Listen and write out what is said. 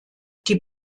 die